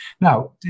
Now